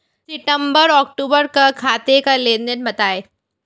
सितंबर अक्तूबर का खाते का लेनदेन बताएं